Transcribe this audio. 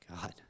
God